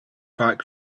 fight